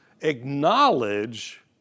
acknowledge